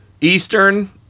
Eastern